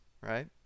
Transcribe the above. right